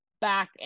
back